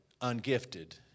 ungifted